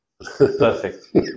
Perfect